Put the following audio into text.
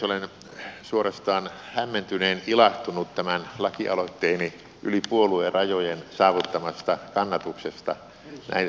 olen suorastaan hämmentyneen ilahtunut tämän lakialoitteeni yli puoluerajojen saavuttamasta kannatuksesta näin välittömästi